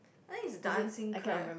that is Dancing-Crab